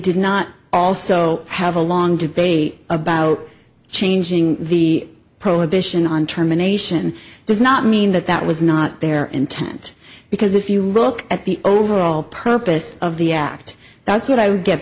did not also have a long debate about changing the prohibition on terminations does not mean that that was not their intent because if you look at the overall purpose of the act that's what i would get